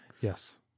Yes